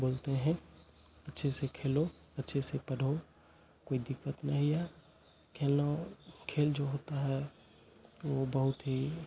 बोलते हैं अच्छे से खेलो अच्छे से पढ़ो कोई दिक्कत नहीं है खेलना खेल जो होता है वो बहुत ही